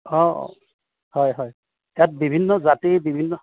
অঁ অঁ হয় হয় ইয়াত বিভিন্ন জাতিৰ বিভিন্ন